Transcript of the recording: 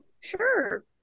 sure